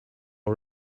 all